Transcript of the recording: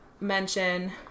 mention